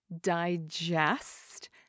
Digest